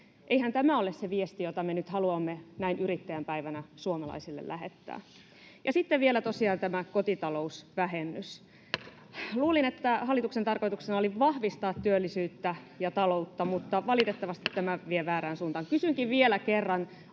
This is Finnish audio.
Eihän tämä ole se viesti, jota me nyt haluamme näin yrittäjän päivänä suomalaisille lähettää. Sitten vielä tosiaan tämä kotitalousvähennys: Luulin, että hallituksen tarkoituksena oli vahvistaa työllisyyttä ja taloutta, mutta valitettavasti tämä vie väärään suuntaan.